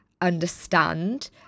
understand